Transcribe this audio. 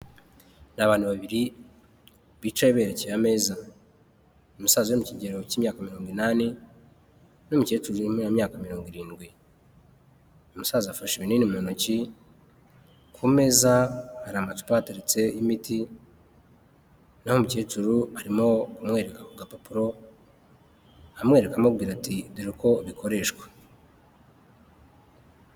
Ni abantu babiri bicaye berekeye ameza umusaza uri mu kigero cy'imyaka mirongo inani n'umukecuruim w'imyaka mirongo irindwi umusaza afashe ibinini mu ntoki ku meza hari amacupa ahateretse y'imiti n'aho umukecuru arimo kumwereka ku gapapuro amwereka amubwira ati dore uko bikoreshwa.